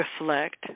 reflect